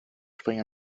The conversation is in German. springer